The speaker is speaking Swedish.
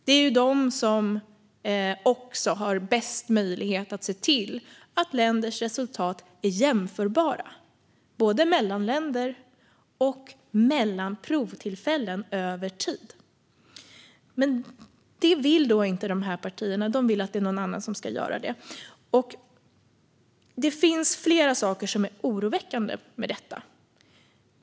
Det är också OECD som har bäst möjlighet att se till att länders resultat är jämförbara, både mellan länder och mellan provtillfällen över tid. Men de här partierna vill alltså att någon annan ska göra det. Det finns flera saker som är oroväckande med detta.